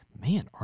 man